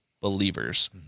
believers